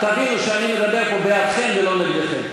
תבינו שאני מדבר פה בעדכם ולא נגדכם.